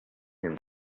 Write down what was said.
him